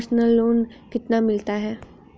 Personal loan कितना मिलता है?